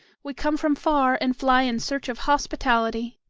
we come from far and fly in search of hospitality.